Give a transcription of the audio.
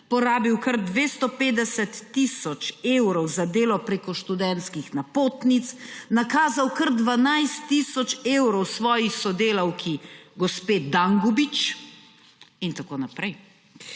porabil kar 250 tisoč evrov za delo preko študentskih napotnic, nakazal kar 12 tisoč evrov svoji sodelavki, gospe Dangubič, itn.